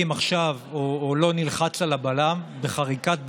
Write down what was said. עכשיו או לא נלחץ על הבלם בחריקת בלמים,